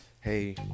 hey